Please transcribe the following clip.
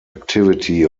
activity